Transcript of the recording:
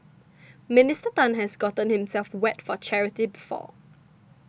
Minister Tan has gotten himself wet for charity before